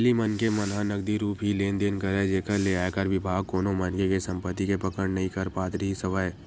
पहिली मनखे मन ह नगदी रुप ही लेन देन करय जेखर ले आयकर बिभाग कोनो मनखे के संपति के पकड़ नइ कर पात रिहिस हवय